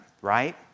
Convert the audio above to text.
right